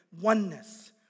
oneness